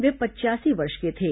वे पचयासी वर्ष के थे